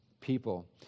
people